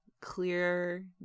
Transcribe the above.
clear